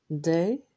day